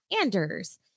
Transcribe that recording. Anders